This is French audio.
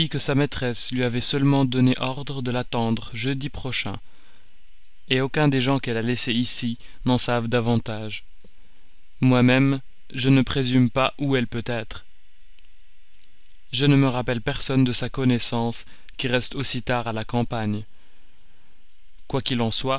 sa maîtresse lui avait seulement donné ordre de l'attendre jeudi prochain aucun des gens qu'elle a laissés ici n'en sait davantage moi-même je ne présume pas où elle peut être je ne me rappelle personne de sa connaissance qui reste aussi tard à la campagne quoi qu'il en soit